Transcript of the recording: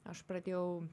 aš pradėjau